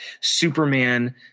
Superman-